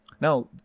Now